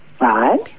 Right